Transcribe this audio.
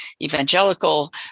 evangelical